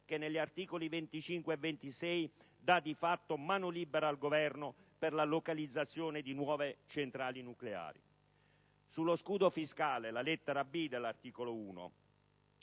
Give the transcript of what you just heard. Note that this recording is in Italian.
che con gli articoli 25 e 26 dà di fatto mano libera al Governo per la localizzazione di nuove centrali nucleari. Per quanto riguarda lo scudo fiscale - lettera *b)* dell'articolo 1,